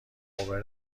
اوبر